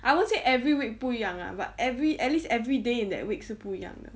I won't say every week 不一样 lah but every at least everyday in that week 是不一样的